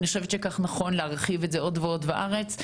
ואני חושבת שכך נכון להרחיב את זה עוד ועוד בארץ,